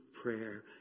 prayer